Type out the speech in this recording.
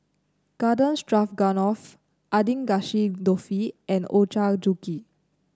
Garden Stroganoff Agedashi Dofu and Ochazuke